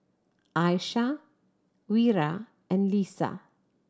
Aishah Wira and Lisa